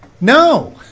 No